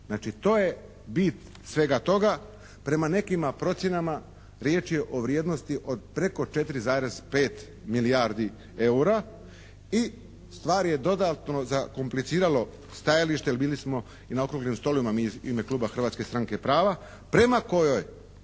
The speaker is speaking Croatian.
Znači to je bit svega toga. Prema nekima procjenama riječ je o vrijednosti od preko 4,5 milijardi eura i stvar je dodatno zakompliciralo stajalište, jer bili smo i na Okruglim stolovima mi u ime kluba Hrvatske stranke prava prema kojoj